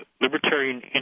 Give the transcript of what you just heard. Libertarian